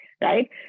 right